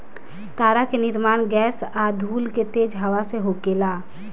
तारा के निर्माण गैस आ धूल के तेज हवा से होखेला